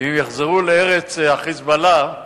אם יחזרו לארץ ה"חיזבאללה",